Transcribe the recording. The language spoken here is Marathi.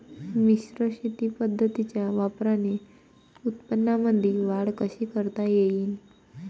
मिश्र शेती पद्धतीच्या वापराने उत्पन्नामंदी वाढ कशी करता येईन?